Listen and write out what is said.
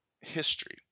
history